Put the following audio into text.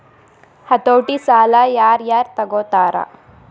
ಹತೋಟಿ ಸಾಲಾ ಯಾರ್ ಯಾರ್ ತಗೊತಾರ?